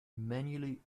manually